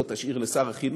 את זאת אני אשאיר לשר החינוך.